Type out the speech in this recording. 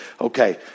okay